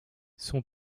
son